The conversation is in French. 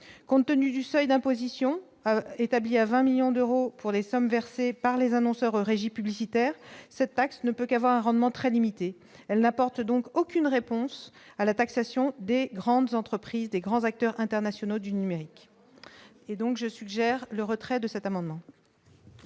compte tenu du seuil d'imposition établi à 20 millions d'euros pour les sommes versées par les annonceurs, régies publicitaires, cette taxe ne peut qu'avoir rendement très limitée, elle n'apporte donc aucune réponse à la taxation des grandes entreprises des grands acteurs internationaux du numérique et donc je suggère le retrait de cet amendement.